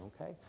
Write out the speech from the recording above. Okay